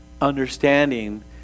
understanding